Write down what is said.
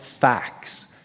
Facts